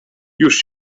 już